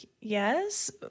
yes